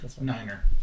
Niner